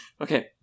Okay